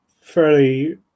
fairly